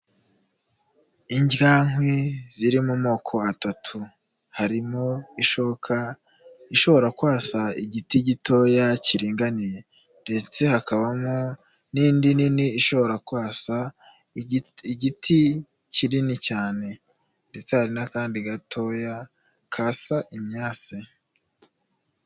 Indyankwi ziri mu moko atatu; harimo ishoka ishobora kwasa igiti gitoya kiringaniye ndetse hakaba n'indi nini ishobora kwasa igiti kinini cyane ndetse hari n'akandi gatoya kasa imyase.